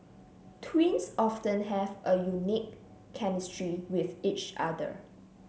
twins often have a unique chemistry with each other